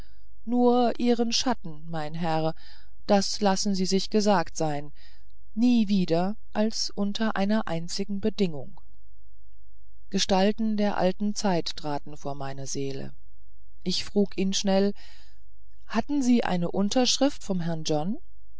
nur ihren schatten mein herr das lassen sie sich gesagt sein nie wieder als unter einer einzigen bedingung gestalten der alten zeit traten vor meine seele ich frug ihn schnell hatten sie eine unterschrift vom herrn john